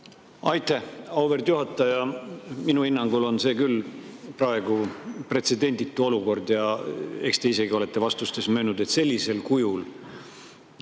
Aitäh, auväärt juhataja! Minu hinnangul on see küll praegu pretsedenditu olukord. Eks te isegi olete vastustes möönnud, et sellisel kujul